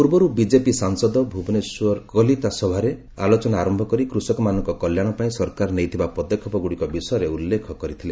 ପୂର୍ବରୁ ବିଜେପି ସାଂସଦ ଭୁବନେଶ୍ୱର କଲିତା ସଭାରେ ଆଲୋଚନା ଆରମ୍ଭ କରି କୃଷକମାନଙ୍କ କଲ୍ୟାଣ ପାଇଁ ସରକାର ନେଇଥିବା ପଦକ୍ଷେପଗୁଡ଼ିକ ବିଷୟରେ ଉଲ୍ଲେଖ କରିଥିଲେ